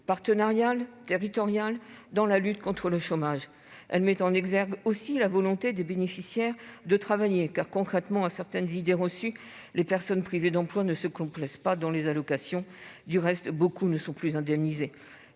partenariale et territoriale dans la lutte contre le chômage. Elle met également en exergue la volonté des bénéficiaires de travailler, car, contrairement à certaines idées reçues, les personnes privées d'emploi ne se complaisent pas dans les allocations. Du reste, beaucoup ne sont plus indemnisées.